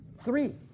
Three